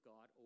God